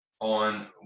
on